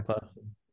person